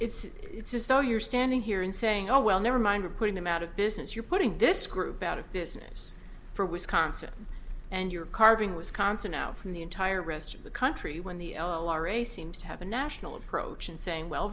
it's it's as though you're standing here and saying oh well never mind i'm putting them out of business you're putting this group out of business for wisconsin and you're carving wisconsin out from the entire rest of the country when the l r a seems to have a national approach and saying well